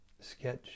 sketch